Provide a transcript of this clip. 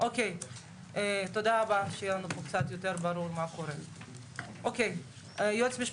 --- אבל תדבר קצר, בבקשה.